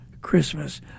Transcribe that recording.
Christmas